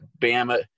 Bama